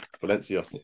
Valencia